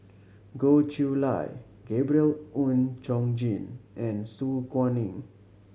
Goh Chiew Lye Gabriel Oon Chong Jin and Su Guaning